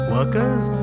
Workers